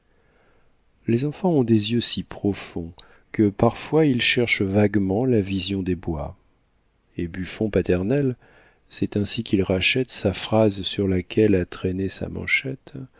les enfants ont des yeux si profonds que parfois ils cherchent vaguement la vision des bois et buffon paternel c'est ainsi qu'il rachète sa phrase sur laquelle a traîné sa manchette